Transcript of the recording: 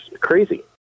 crazy